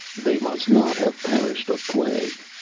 they must not have perished of plague,